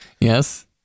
Yes